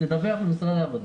תדווח למשרד העובדה.